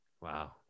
Wow